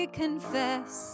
confess